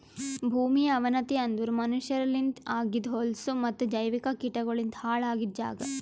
ಭೂಮಿಯ ಅವನತಿ ಅಂದುರ್ ಮನಷ್ಯರಲಿಂತ್ ಆಗಿದ್ ಹೊಲಸು ಮತ್ತ ಜೈವಿಕ ಕೀಟಗೊಳಲಿಂತ್ ಹಾಳ್ ಆಗಿದ್ ಜಾಗ್